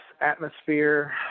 atmosphere